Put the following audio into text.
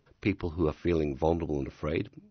people who are feeling vulnerable and afraid,